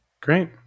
Great